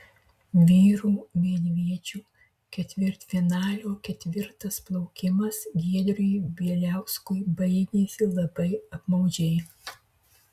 vyrų vienviečių ketvirtfinalio ketvirtas plaukimas giedriui bieliauskui baigėsi labai apmaudžiai